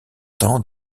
temps